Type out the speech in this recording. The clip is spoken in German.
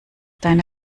deine